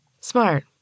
Smart